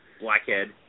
blackhead